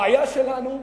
הבעיה שלנו,